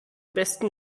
besten